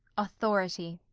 authority.